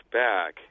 back